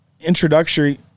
introductory